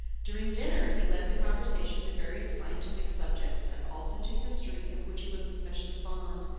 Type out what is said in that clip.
during dinner he led the conversation to various scientific subjects, and also to history, of which he was especially fond,